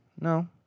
No